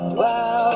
wow